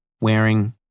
wearing